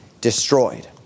destroyed